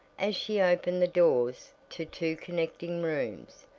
as she opened the doors to two connecting rooms,